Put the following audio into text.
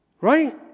Right